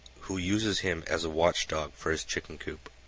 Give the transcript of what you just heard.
who uses him as a watchdog for his chicken coop.